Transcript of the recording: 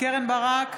קרן ברק,